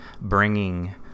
bringing